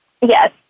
Yes